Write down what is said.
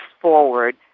forward